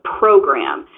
program